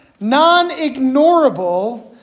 non-ignorable